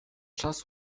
czas